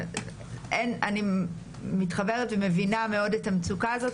אני מתחברת ומבינה מאוד את המצוקה הזאת,